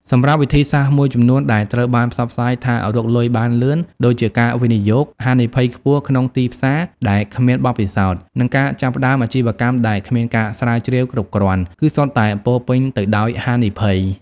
សម្រាប់វិធីសាស្ត្រមួយចំនួនដែលត្រូវបានផ្សព្វផ្សាយថារកលុយបានលឿន ដូចជាការវិនិយោគហានិភ័យខ្ពស់ក្នុងទីផ្សារដែលគ្មានបទពិសោធន៍ និងការចាប់ផ្តើមអាជីវកម្មដែលគ្មានការស្រាវជ្រាវគ្រប់គ្រាន់ គឺសុទ្ធតែពោរពេញទៅដោយហានិភ័យ។